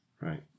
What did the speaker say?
Right